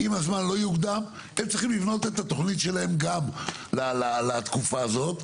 ואם הזמן לא יוקדם הם צריכים לבנות את התוכנית שלהם גם לתקופה הזאת,